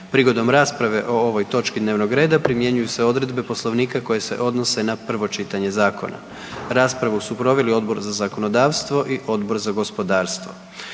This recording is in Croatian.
Prigodom rasprave o ovoj točki dnevnog reda primjenjuju se odredbe Poslovnika koje se odnose na prvo čitanje zakona. Raspravu su proveli Odbor za zakonodavstvo i Odbor za gospodarstvo.